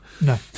No